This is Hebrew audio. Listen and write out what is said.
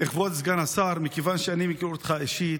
כבוד סגן השר, מכיוון שאני מכיר אותך אישית,